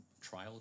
trial